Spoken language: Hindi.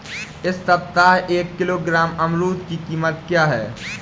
इस सप्ताह एक किलोग्राम अमरूद की कीमत क्या है?